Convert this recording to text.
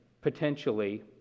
potentially